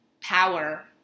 power